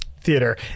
theater